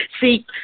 See